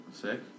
Sick